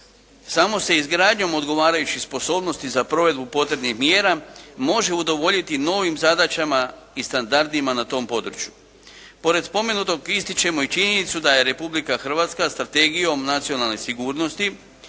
Samo se izgradnjom odgovarajućih sposobnosti za provedbu potrebnih mjera može udovoljiti novim zadaćama i standardima na tom području. Pored spomenutog ističemo i činjenicu da je Republika Hrvatska Strategijom nacionalne sigurnosti